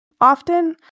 often